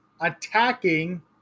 attacking